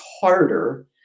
harder